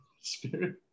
Spirit